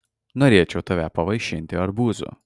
norėčiau tave pavaišinti arbūzu